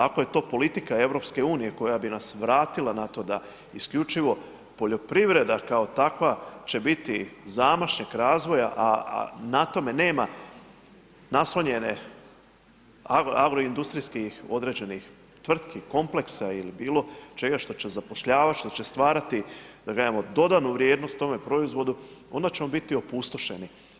Ako je to politika EU koja bi nas vratila na to da isključivo poljoprivreda kao takva će biti zamašnjak razvoja, a na tome nema naslonjene agroindustrijskih određenih tvrtki, kompleksa što će zapošljavati, što će stvarati da kažem dodanu vrijednost tome proizvodu, onda ćemo biti opustošeni.